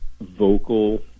vocal